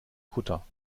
kutter